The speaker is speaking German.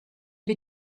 wir